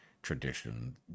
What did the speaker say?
tradition